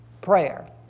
prayer